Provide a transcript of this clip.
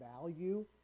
value